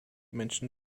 menschen